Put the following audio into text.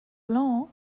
blanc